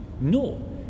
No